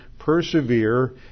persevere